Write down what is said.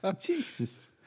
Jesus